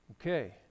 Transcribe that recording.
Okay